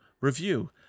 review